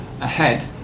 ahead